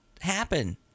happen